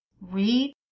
read